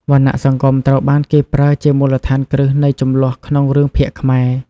វណ្ណៈសង្គមត្រូវបានគេប្រើជាមូលដ្ឋានគ្រឹះនៃជម្លោះក្នុងរឿងភាគខ្មែរ។